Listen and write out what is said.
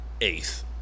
eighth